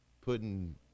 Putting